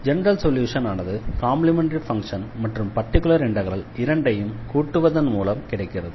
general solution ஆனது complementary function மற்றும் particular integral இரண்டையும் கூட்டுவதன் மூலம் கிடைக்கிறது